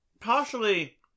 Partially